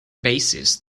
basis